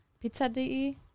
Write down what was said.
Pizza.de